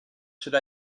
should